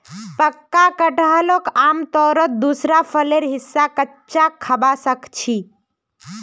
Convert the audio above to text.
पक्का कटहलक आमतौरत दूसरा फलेर हिस्सा कच्चा खबा सख छि